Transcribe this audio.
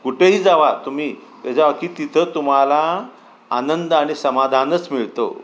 कुठेही जावा तुम्ही ते जावा की तिथं तुम्हाला आनंद आणि समाधानच मिळतो